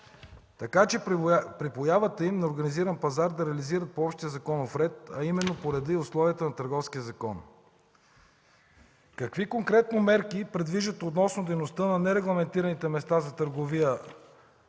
така че при появата им на организиран пазар да реализират стоката си по общия законов ред, а именно – по реда и условията на Търговския закон? Какви конкретни мерки предвиждате относно дейността на нерегламентираните места за търговия